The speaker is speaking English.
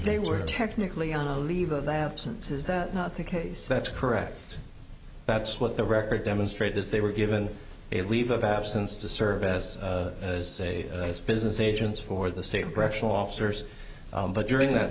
they were technically on a leave of absence is that not the case that's correct that's what the record demonstrate is they were given a leave of absence to serve as as a business agents for the state correctional officers but during that